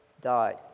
died